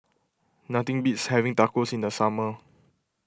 nothing beats having Tacos in the summer